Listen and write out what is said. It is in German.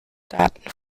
daten